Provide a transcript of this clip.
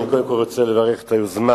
אני קודם כול רוצה לברך על היוזמה